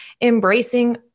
embracing